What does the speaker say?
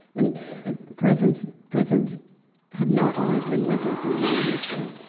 and prisons prisons have not always been with us in human history.